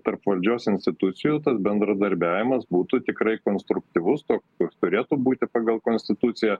tarp valdžios institucijų bendradarbiavimas būtų tikrai konstruktyvus toks koks turėtų būti pagal konstituciją